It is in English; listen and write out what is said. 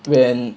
when